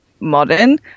modern